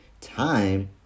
time